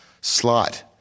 slot